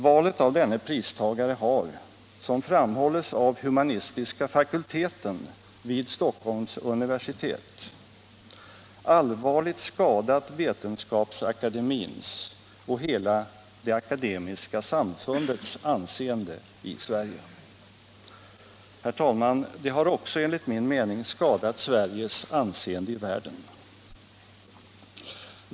Valet av denne pristagare har, som framhålles av humanistiska fakulteten vid Stockholms universitet, allvarligt skadat Vetenskapsakademiens och hela det akademiska samfundets anseende i Sverige. Herr talman! Det har enligt min mening också skadat Sveriges anseende i världen.